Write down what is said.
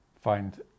find